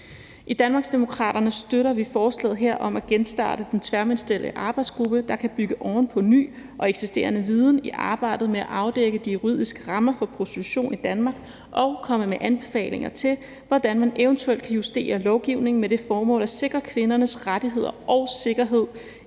I Danmarksdemokraterne støtter vi forslaget her om at støtte den tværministerielle arbejdsgruppe, der kan bygge oven på ny og eksisterende viden i arbejdet med at afdække de juridiske rammer for prostitution i Danmark og komme med anbefalinger til, hvordan man eventuelt kan justere lovgivning med det formål at sikre kvindernes rettigheder og sikkerhed